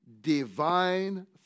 divine